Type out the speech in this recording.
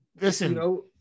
Listen